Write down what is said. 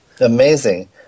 Amazing